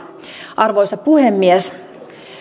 arvoisa puhemies